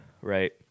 Right